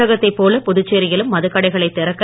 தமிழகத்தைப் போல புதுச்சேரியிலும் மதுக்கடைகளை திறக்க